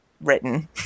written